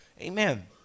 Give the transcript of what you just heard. amen